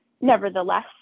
nevertheless